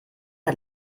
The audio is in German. hat